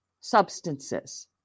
substances